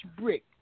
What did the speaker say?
brick